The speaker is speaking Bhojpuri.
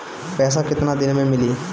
पैसा केतना दिन में मिली?